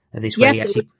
yes